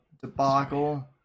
debacle